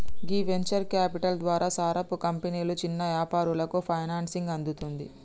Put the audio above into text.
గీ venture capital ద్వారా సారపు కంపెనీలు చిన్న యాపారాలకు ఫైనాన్సింగ్ అందుతుంది